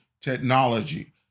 technology